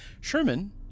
Sherman